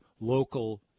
local